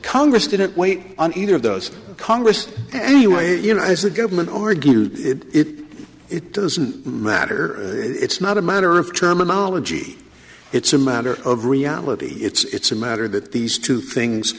congress didn't wait on either of those congress anyway you know is the government over again it it doesn't matter it's not a matter of terminology it's a matter of reality it's a matter that these two things